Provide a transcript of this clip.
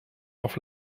auf